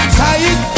tired